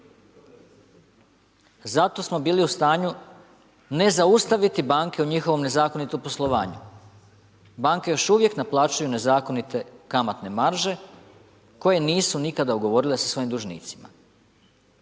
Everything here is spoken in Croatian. Zato smo bili u stanju ne zaustaviti banke u njihovom nezakonitom poslovanju. Banke još uvijek naplaćuju nezakonite kamatne marže koje nisu nikada ugovorili sa svojim dužnicima.